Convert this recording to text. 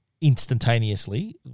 instantaneously